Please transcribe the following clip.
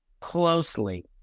closely